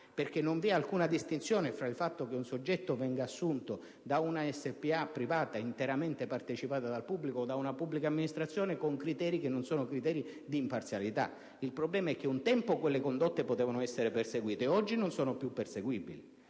perché non vi è alcuna distinzione tra il fatto che un soggetto venga assunto da una società per azioni privata interamente partecipata dal pubblico o da una pubblica amministrazione con criteri che non sono di imparzialità. Il problema è che un tempo quelle condotte potevano essere perseguite mentre oggi non sono più perseguibili.